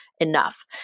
Enough